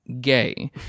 gay